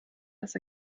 das